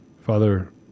Father